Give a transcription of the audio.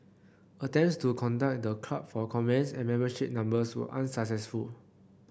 attempts to contact the club for comments and membership numbers were unsuccessful